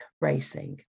racing